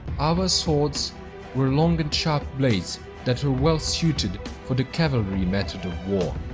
avar swords were long and sharp blades that were well suited for the cavalry method of war.